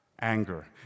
Anger